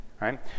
right